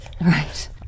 Right